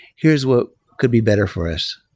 here's what could be better for us.